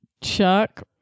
Chuck